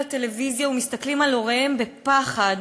הטלוויזיה ומסתכלים על הוריהם בפחד,